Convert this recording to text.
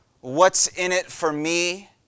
what's-in-it-for-me